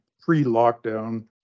pre-lockdown